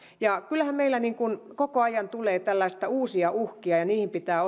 kyllähän meillä koko ajan tulee tällaisia uusia uhkia ja niistä pitää